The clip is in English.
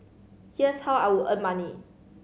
here's how I would earn money